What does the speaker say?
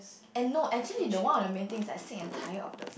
and no actually the one of the main thing I sick and tired of the